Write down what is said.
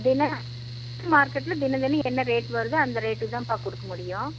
தினம் மார்க்கெட்டில் தினந்தினம் என்ன ரேட் வருதோ அந்த ரேட்டுக்கு தான்ப்பா கொடுக்க முடியும்